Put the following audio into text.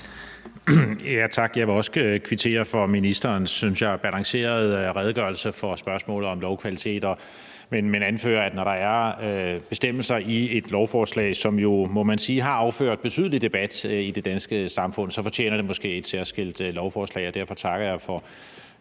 Tak. Jeg vil også kvittere for ministerens, synes jeg, balancerede redegørelse for spørgsmålet om lovkvalitet, men jeg vil anføre, at når der er bestemmelser i et lovforslag, som man jo må sige har affødt betydelig debat i det danske samfund, så fortjener det måske et særskilt lovforslag. Derfor takker jeg for